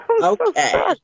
Okay